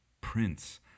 Prince